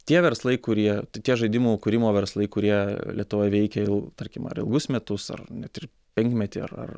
tie verslai kurie tie žaidimų kūrimo verslai kurie lietuvoj veikia jau tarkim ar ilgus metus ar net ir penkmetį ar ar